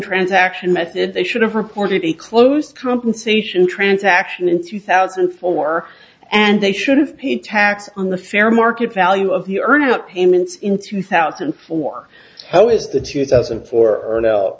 transaction method they should have reported a closed compensation transaction in two thousand and four and they should have paid tax on the fair market value of the earn out payments in two thousand and four how is the two thousand and four